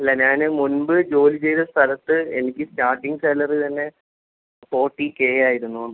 അല്ല ഞാൻ മുൻമ്പ് ജോലി ചെയ്ത സ്ഥലത്ത് എനിക്ക് സ്റ്റാർട്ടിങ്ങ് സാലറി തന്നെ ഫോട്ടി കെയായിരുന്നു എന്ന്